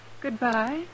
Goodbye